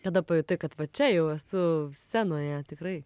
kada pajutau kad va čia jau esu scenoje tikrai